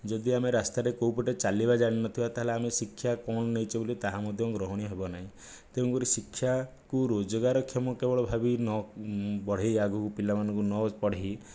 ଯଦି ଆମେ ରାସ୍ତାରେ କୋଉ ପଟେ ଚାଲିବା ଜାଣିନଥିବା ତାହାଲେ ଆମେ ଶିକ୍ଷା କ'ଣ ନେଇଛେ ବୋଲି ତାହା ମଧ୍ୟ ଗ୍ରହଣୀୟ ହେବ ନାହିଁ ତେଣୁକରି ଶିକ୍ଷାକୁ ରୋଜଗାରକ୍ଷମ କେବଳ ଭାବି ନ ବଢ଼େଇ ଆଗକୁ ପିଲାମାନଙ୍କୁ ନ ପଢ଼େଇ